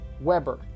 Weber